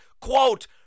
Quote